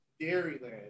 Dairyland